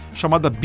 chamada